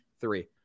Three